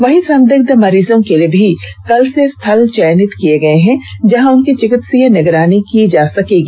वहीं संदिग्ध मरीजों के लिए भी अलग से स्थल चयनित किए गए हैं जहां उनकी चिकित्सकीय निगरानी की जा सकेगी